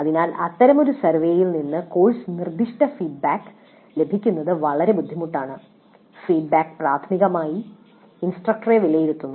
അതിനാൽ അത്തരമൊരു സർവേയിൽ നിന്ന് കോഴ്സ് നിർദ്ദിഷ്ട ഫീഡ്ബാക്ക് ലഭിക്കുന്നത് വളരെ ബുദ്ധിമുട്ടാണ് ഫീഡ്ബാക്ക് പ്രാഥമികമായി ഇൻസ്ട്രക്ടറെ വിലയിരുത്തുന്നു